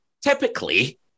typically